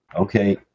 Okay